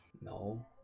No